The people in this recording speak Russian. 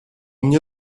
мне